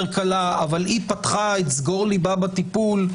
קלה אבל היא פתחה את סגור ליבה בטיפול,